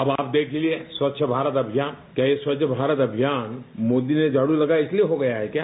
अब आप देखिये स्वच्छ भारत अभियान क्या यह स्वच्छ भारत अभियान मोदी ने झाड़ लगाया इसलिये हो गया है क्या